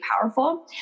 powerful